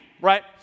right